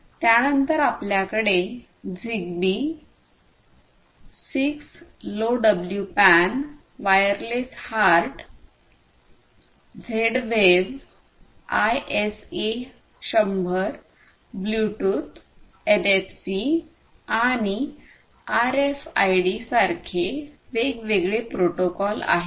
त्यानंतर आपल्याकडे Zigbee 6 LoWPAN wireless HART Z wave ISA 100 Bluetooth NFC आणि आरएफआयडी सारखे वेगवेगळे प्रोटोकॉल आहेत